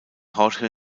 jorge